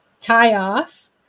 tie-off